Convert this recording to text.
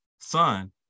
son